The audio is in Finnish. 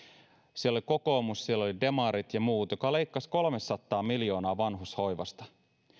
siellä oli kokoomus siellä oli demarit ja muut ja joka leikkasi kolmesataa miljoonaa vanhushoivasta